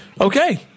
okay